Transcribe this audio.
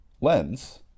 lens